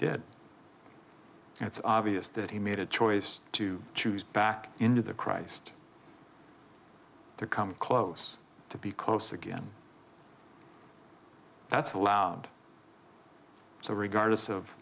did and it's obvious that he made a choice to choose back into the christ to come close to be close again that's allowed so